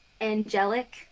angelic